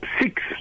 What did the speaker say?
six